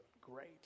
great